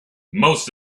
most